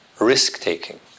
risk-taking